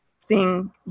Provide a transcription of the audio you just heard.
seeing